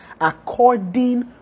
According